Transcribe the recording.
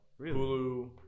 Hulu